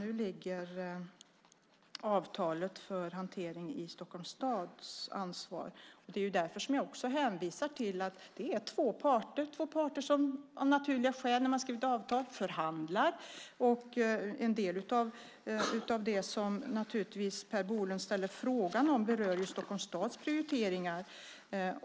Nu ligger avtalet för hantering i Stockholms stads ansvar. Det är därför jag hänvisar till att detta är två parter som av naturliga skäl förhandlar, som man gör när man skriver avtal. En del av det som Per Bolund ställer frågor om berör Stockholms stads prioriteringar.